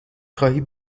خواهی